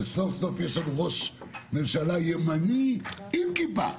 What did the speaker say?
כשסוף סוף יש לנו ראש ממשלה ימני עם כיפה